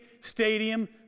stadium